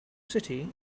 city